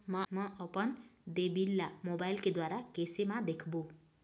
म अपन देय बिल ला मोबाइल के द्वारा कैसे म देखबो?